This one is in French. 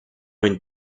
une